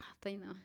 hasta ahi namas.